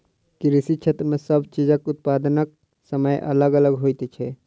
कृषि क्षेत्र मे सब चीजक उत्पादनक समय अलग अलग होइत छै